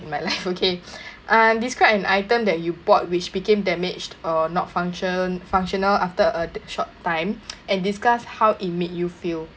in my life okay um describe an item that you bought which became damaged or not function~ functional after a short time and discuss how it made you feel